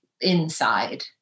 inside